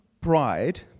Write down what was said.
pride